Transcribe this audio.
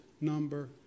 number